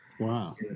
Wow